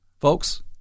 folks